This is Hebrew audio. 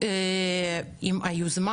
יש לנו יוזמה